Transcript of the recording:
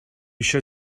eisiau